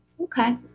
okay